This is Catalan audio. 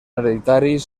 hereditaris